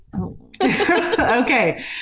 Okay